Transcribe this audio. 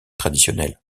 traditionnel